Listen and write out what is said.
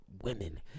women